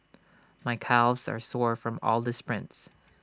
my calves are sore from all the sprints